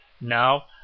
now